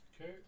Okay